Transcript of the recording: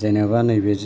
जेनेबा नैबे